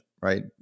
Right